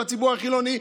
בציבור החילוני,